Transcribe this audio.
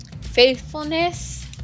Faithfulness